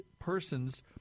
persons